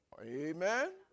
Amen